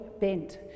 bent